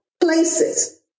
Places